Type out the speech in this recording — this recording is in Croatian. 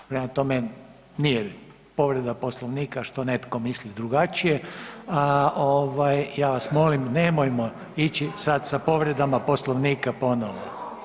Prema tome, nije povreda Poslovnika što netko misli drugačije, a ovaj ja vas molim nemojmo ići sad sa povredama Poslovnika ponovo.